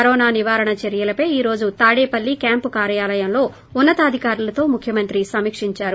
corona నివారణ చర్యలపై ఈ రోజు తాడేపల్లిలో క్యాంపు కార్యాలయంలో ఉన్న తాధికారులతో ముఖ్యమంత్రి సమీక్షిందారు